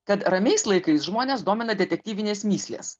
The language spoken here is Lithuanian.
kad ramiais laikais žmones domina detektyvinės mįslės